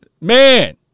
man